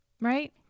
Right